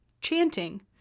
chanting